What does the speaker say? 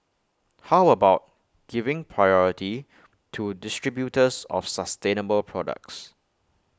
how about giving priority to distributors of sustainable products